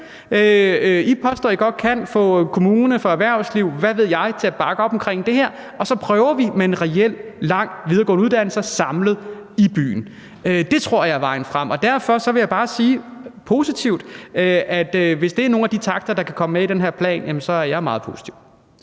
I påstår, at I godt kan få kommune, få erhvervsliv, hvad ved jeg, til at bakke op omkring det her, og så prøver vi med en reel lang videregående uddannelse samlet i byen. Det tror jeg er vejen frem. Derfor vil jeg bare sige, at hvis det er nogle af de takter, der kan komme med i den her plan, så er jeg meget positiv.